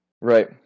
Right